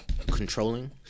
Controlling